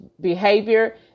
behavior